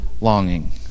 longing